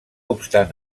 obstant